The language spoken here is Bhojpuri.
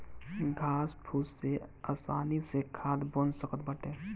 घास फूस से आसानी से खाद बन सकत बाटे